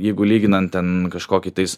jeigu lyginant ten kažkokį tais